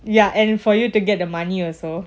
ya and for you to get the money also